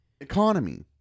economy